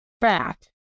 fat